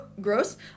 gross